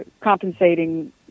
compensating